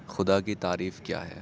خدا کی تعریف کیا ہے